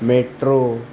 metro